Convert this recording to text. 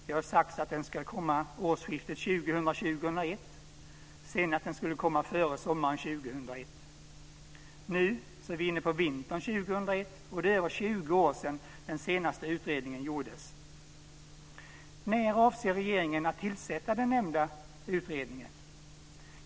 Det har sagts att den ska komma årsskiftet 2000/01. Sedan skulle den komma före sommaren 2001. Nu är vi inne på vintern 2001. Det är över 20 år sedan den senaste utredningen gjordes. När avser regeringen tillsätta den nämnda utredningen?